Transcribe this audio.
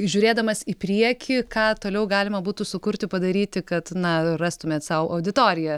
žiūrėdamas į priekį ką toliau galima būtų sukurti padaryti kad na rastumėt sau auditoriją